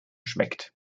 schmeckt